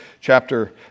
chapter